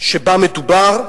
שבה מדובר,